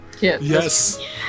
Yes